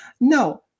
no